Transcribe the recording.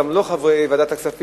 גם אלה שהם לא חברי ועדת הכספים,